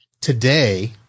Today